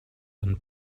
and